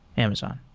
amazon.